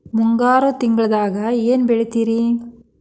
ಮುಂಗಾರು ತಿಂಗಳದಾಗ ಏನ್ ಬೆಳಿತಿರಿ?